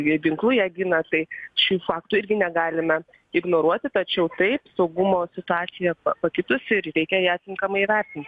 jei ginklu ją gina tai šių faktų irgi negalime ignoruoti tačiau taip saugumo situacija pakitusi ir reikia ją tinkamai įvertinti